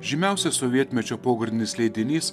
žymiausias sovietmečio pogrindinis leidinys